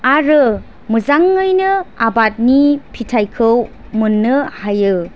आरो मोजाङैनो आबादनि फिथाइखौ मोननो हायो